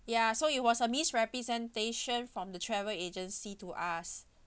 ya so it was a misrepresentation from the travel agency to us